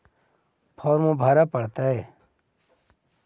Farm भरे परतय?